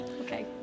Okay